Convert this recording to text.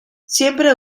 siempre